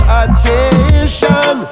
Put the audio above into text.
attention